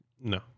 No